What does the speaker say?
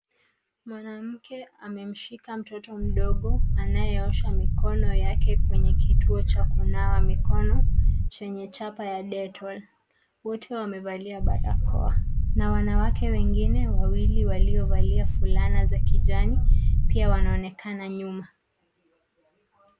Mwanamke amemshika mtoto mdogo anayeosha mikono yake kwenye kituo cha kunawa mikono chenye chapa ya Dettol. Wote wamevalia barakoa na wanawake wengine wawili waliovalia fulana za kijani pia wanaonekana nyuma.